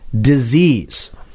disease